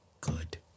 good